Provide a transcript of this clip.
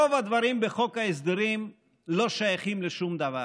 רוב הדברים בחוק ההסדרים לא שייכים לשום דבר.